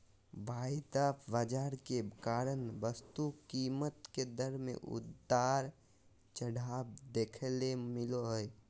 वायदा बाजार के कारण वस्तु कीमत के दर मे उतार चढ़ाव देखे ले मिलो जय